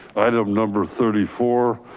item number thirty four,